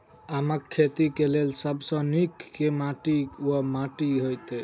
आमक खेती केँ लेल सब सऽ नीक केँ माटि वा माटि हेतै?